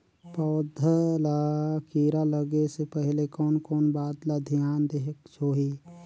पौध ला कीरा लगे से पहले कोन कोन बात ला धियान देहेक होही?